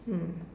hmm